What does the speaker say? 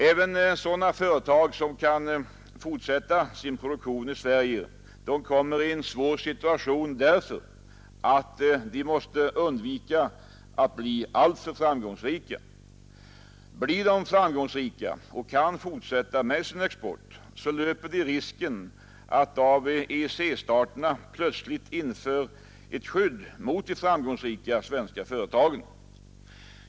Även sådana företag som kan fortsätta sin produktion i Sverige kommer i en svår situation, därför att de måste undvika att bli alltför framgångsrika. Blir de framgångsrika och kan fortsätta med sin export, så löper de risken att EEC-staterna plötsligt inför ett skydd mot de framgångsrika svenska företagen.